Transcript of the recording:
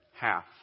half